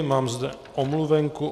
Mám zde omluvenku.